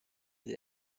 the